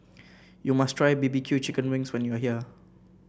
you must try B B Q Chicken Wings when you are here